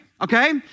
Okay